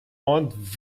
und